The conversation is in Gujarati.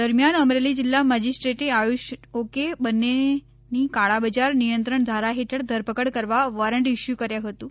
દરમીયાન અમરેલી જિલ્લા મેજીસ્ટ્રેટ આયુષ ઓકે બંનેની કાળા બજાર નિયંત્રણ ધારા હેઠળ ધરપકડ કરવા વોરંટ ઇસ્યુ કર્યુ હતુ